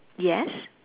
yes